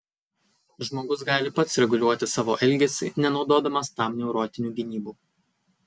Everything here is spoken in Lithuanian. žmogus gali pats reguliuoti savo elgesį nenaudodamas tam neurotinių gynybų